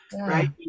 right